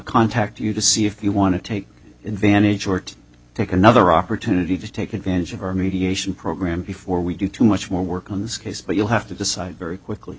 contact you to see if you want to take in vanity or to take another opportunity to take advantage of our mediation program before we do too much more work on this case but you'll have to decide very quickly